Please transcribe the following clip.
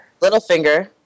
Littlefinger